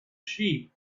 sheep